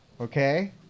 Okay